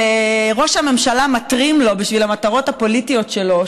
שראש הממשלה מתרים לו בשביל המטרות הפוליטיות שלו,